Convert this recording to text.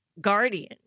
guardian